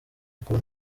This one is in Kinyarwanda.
uko